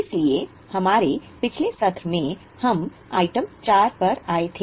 इसलिए हमारे पिछले सत्र में हम आइटम 4 पर आए थे